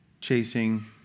chasing